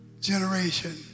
generation